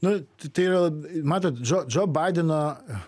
nu tai yra matot džo džo baideno